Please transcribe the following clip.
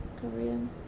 Korean